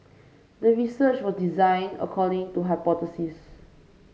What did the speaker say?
the research was designed according to hypothesis